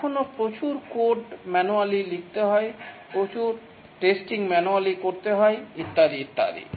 এখনও প্রচুর code manually লিখতে হয় প্রচুর টেস্টিং ম্যানুয়ালি করতে হয় ইত্যাদি ইত্যাদি